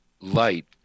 light